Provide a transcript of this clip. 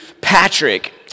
Patrick